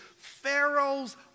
Pharaoh's